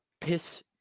piss